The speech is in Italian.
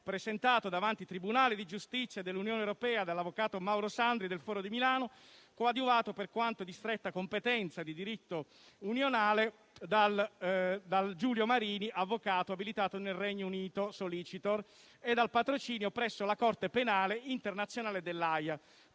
presentato davanti alla Corte di giustizia dell'Unione europea dall'avvocato Mauro Sandri del foro di Milano, coadiuvato, per quanto di stretta competenza di diritto unionale, dal *solicitor* Giulio Marini, avvocato abilitato nel Regno Unito, e con il patrocinio presso la Corte penale internazionale dell'Aja.